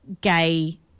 gay